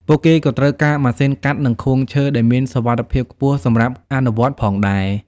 ពួកគេក៏ត្រូវការម៉ាស៊ីនកាត់និងខួងឈើដែលមានសុវត្ថិភាពខ្ពស់សម្រាប់អនុវត្តផងដែរ។